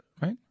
Right